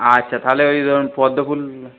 আচ্ছা তাহলে ওই ধরুন পদ্ম ফুল